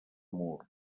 mur